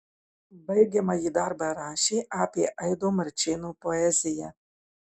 baigiamąjį darbą rašė apie aido marčėno poeziją